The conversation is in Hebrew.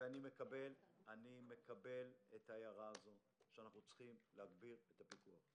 אני מקבל את ההערה שאנחנו צריכים להגביר את הפיקוח,